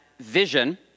vision